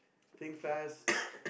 think fast